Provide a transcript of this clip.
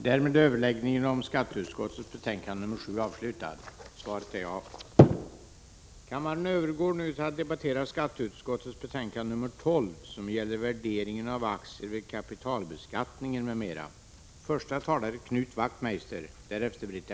Kammaren övergår nu till att debattera socialförsäkringsutskottets betänkande 9 om redogörelse för tillämpningen av terroristlagstiftningen m.m.